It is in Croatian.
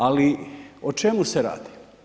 Ali o čemu se radi?